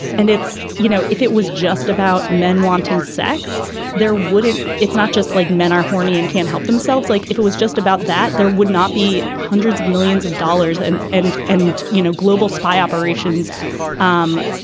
and it's you know if it was just about men wanting sex there wouldn't it's not just like men are horny and can't help themselves like if it was just about that there would not be hundreds of millions of dollars. and and and you know global spy operations um